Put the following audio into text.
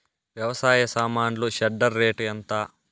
వ్యవసాయ సామాన్లు shredder rate ఎంత?